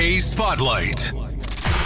Spotlight